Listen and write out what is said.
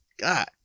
God